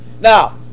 Now